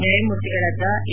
ನ್ಯಾಯಮೂರ್ತಿಗಳಾದ ಎ